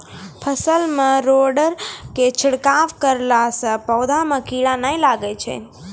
फसल मे रोगऽर के छिड़काव करला से पौधा मे कीड़ा नैय लागै छै?